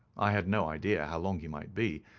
i had no idea how long he might be,